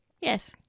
Yes